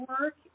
work